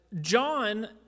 John